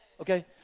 okay